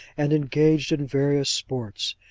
and engaged in various sports.